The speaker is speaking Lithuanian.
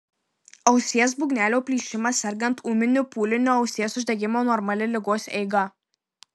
ausies būgnelio plyšimas sergant ūminiu pūliniu ausies uždegimu normali ligos eiga